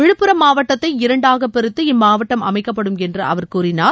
விழுப்புரம் மாவட்டத்தை இரண்டாக பிரித்து இம்மாவட்டம் அமைக்கப்படும் என்று அவர் கூறினார்